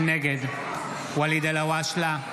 נגד ואליד אלהואשלה,